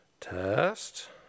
Test